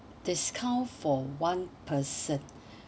discount for one person